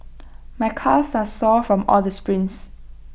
my calves are sore from all the sprints